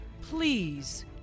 please